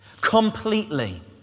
completely